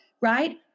right